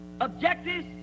objectives